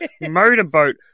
motorboat